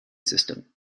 system